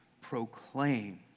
proclaim